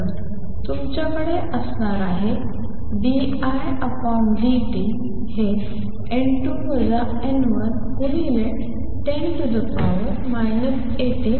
तर तुमच्याकडे असणार आहे ते d I d T हे ×10 18चा क्रम असेल